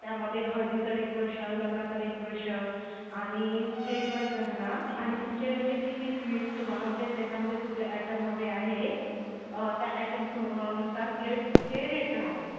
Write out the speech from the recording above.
त्यामध्ये हळदीचं डेकोरेशन लग्नाचं डेकोरेशन आणि प्लेटवाईज राहणार आणि तुमचे म्हणजे किती स्वीट तुम्हाला म्हणजे त्याच्यामध्ये कुठले आयटम हवे आहे त्या अॅटमनुसार प्लेटचे रेट राहते